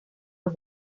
los